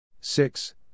six